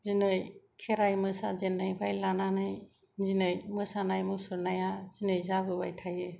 दिनै खेराइ मोसाजेननायनिफ्राय लानानै दिनै मोसानाय मुसुरनाया दिनै जाबोबाय थायो